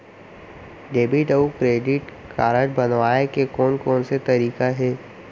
Debit अऊ credit card बनवाए के कोन कोन से तरीका हे?